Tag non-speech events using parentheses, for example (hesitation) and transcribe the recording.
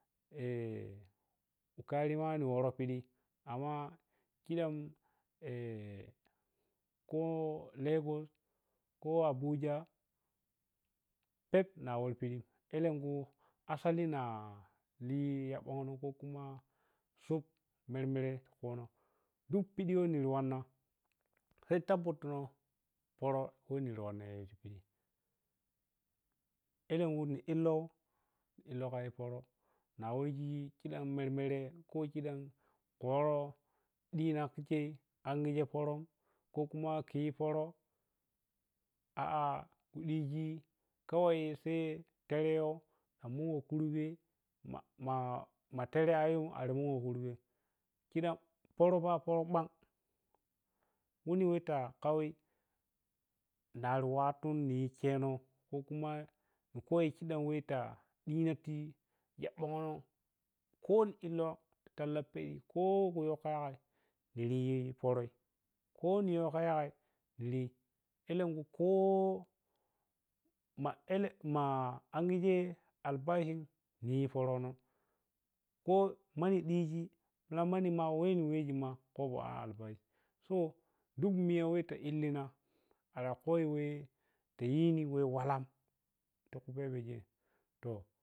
(hesitation) wukari ma ni woro piɗi amma khidam (hesitation) kho lagos kho abuja pep nja wovo piɗi alensu asali na liyaɓonno kho khuma shup mermere panah duk piɗi niri wanna sai tabbata pərə khuri niri wanna yi ti piɗi alenkhu ni illoh-illoh khayi pərə na wesi khudan mermere kha khidan kho ɗina khi khei angigem pərə kha kuma khiyi pərə a a khi ɗisi kawai sai terewa munsoh kurbe ma terewo ar wongoh kurbe khidam pərə, pərə fa ɓak wonoweh ta khai nari wattu niyi kheno koh kuma ni khoyi khidam weta ɗino ti yabonno kho ni illoh tallapeyo kho kha yo yagai niri yo pərai kho niyoh yagai li alenkhu kho maɓil ma ansigem albashi niyo pərəno kha mayi ɗisi malan manni ma wehni wehsi ma kobo albashi so duk wiya weh illigina agan khommiye tayini we walan ta khupebem ghei to.